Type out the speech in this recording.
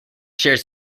shares